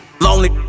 lonely